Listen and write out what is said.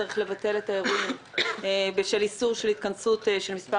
צריך לבטל את האירועים בשל איסור התכנסות של מספר